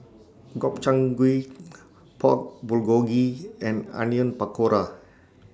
Gobchang Gui Pork Bulgogi and Onion Pakora